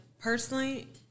personally